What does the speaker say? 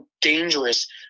dangerous